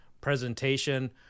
presentation